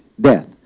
death